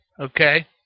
Okay